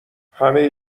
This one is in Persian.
همه